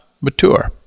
mature